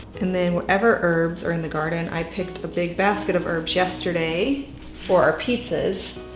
and then whatever herbs are in the garden. i picked a big basket of herbs yesterday for our pizzas.